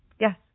Yes